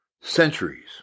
centuries